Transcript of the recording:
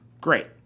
great